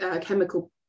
chemical